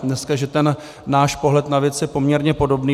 Dneska ten náš pohled na věc je poměrně podobný.